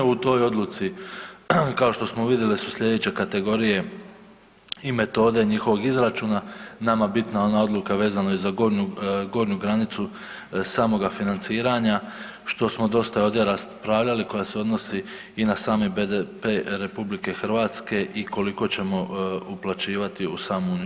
A u toj odluci kao što smo vidjeli su sljedeće kategorije i metode njihovog izračuna, nama bitna ona odluka vezano i za gornju granicu samoga financiranja što smo dosta ovdje raspravljali koja se odnosi i na sami BDP RH i koliko ćemo uplaćivati u samu Uniju.